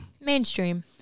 Mainstream